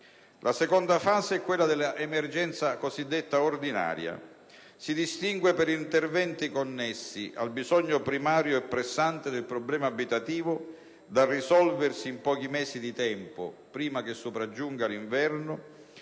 La seconda fase è quella dell'emergenza cosiddetta ordinaria. Si distingue per interventi connessi al bisogno primario e pressante del problema abitativo da risolversi in pochi mesi di tempo, prima che sopraggiunga l'inverno;